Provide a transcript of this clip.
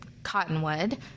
Cottonwood